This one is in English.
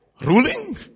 ruling